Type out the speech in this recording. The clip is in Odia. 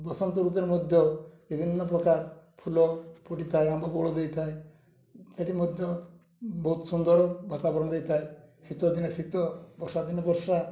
ବସନ୍ତ ଋତୁରେ ମଧ୍ୟ ବିଭିନ୍ନ ପ୍ରକାର ଫୁଲ ଫୁଟିଥାଏ ଆମ୍ବ ବଉଳ ଦେଇଥାଏ ସେଇଠି ମଧ୍ୟ ବହୁତ ସୁନ୍ଦର ବାତାବରଣ ଦେଇଥାଏ ଶୀତଦିନେ ଶୀତ ବର୍ଷା ଦିନେ ବର୍ଷା